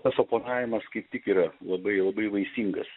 tas oponavimas kaip tik yra labai labai vaisingas